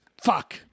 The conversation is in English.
Fuck